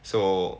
so